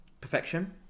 Perfection